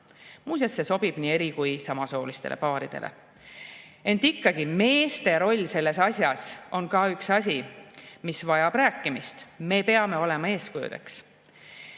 Muuseas, see sobib nii eri- kui ka samasoolistele paaridele. Ent ikkagi meeste roll selles asjas on ka üks asi, mis vajab rääkimist: me peame olema eeskujudeks.